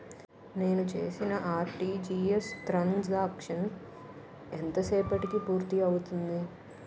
నేను చేసిన RTGS transaction ఎంత సేపటికి పూర్తి అవుతుంది?